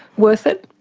worth it?